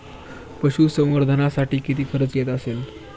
पशुसंवर्धनासाठी किती खर्च येत असेल?